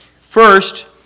First